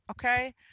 Okay